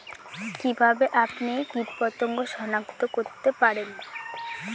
কিভাবে আপনি কীটপতঙ্গ সনাক্ত করতে পারেন?